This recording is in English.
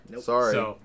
Sorry